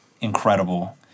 incredible